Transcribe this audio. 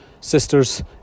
sisters